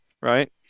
right